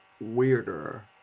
weirder